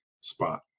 spot